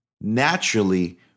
naturally